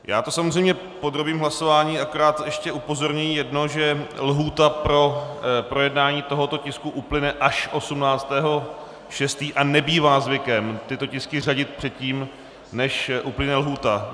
Já to samozřejmě podrobím hlasování, akorát ještě upozorňuji na jedno, že lhůta pro projednání tohoto tisku uplyne až 18. června a nebývá zvykem tyto tisky řadit předtím, než uplyne lhůta.